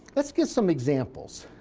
let's get some examples.